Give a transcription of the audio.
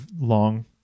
long